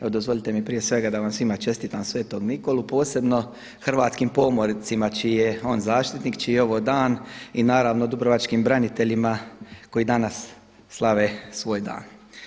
Evo dozvolite mi prije svega da vam svima čestitam Sv. Nikolu, posebno hrvatskim pomorcima čiji je on zaštitnik, čiji je ovo dan i naravno dubrovačkim braniteljima koji danas slave svoj dan.